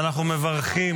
אנחנו מברכים.